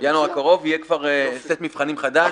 יהיה כבר סט מבחנים חדש.